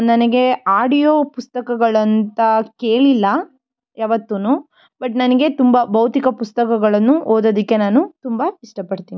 ನನಗೆ ಆಡಿಯೋ ಪುಸ್ತಕಗಳಂತ ಕೇಳಿಲ್ಲ ಯಾವತ್ತೂ ಬಟ್ ನನಗೆ ತುಂಬ ಭೌತಿಕ ಪುಸ್ತಕಗಳನ್ನು ಓದೋದಕ್ಕೆ ನಾನು ತುಂಬ ಇಷ್ಟಪಡ್ತೀನಿ